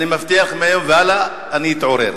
אני מבטיח, מהיום והלאה, אני אתעורר.